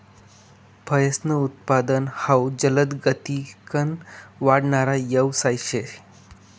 फयेसनं उत्पादन हाउ जलदगतीकन वाढणारा यवसाय शे